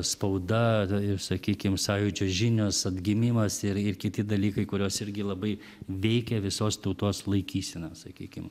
spauda ir sakykim sąjūdžio žinios atgimimas ir ir kiti dalykai kurios irgi labai veikė visos tautos laikyseną sakykim